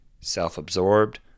self-absorbed